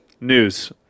news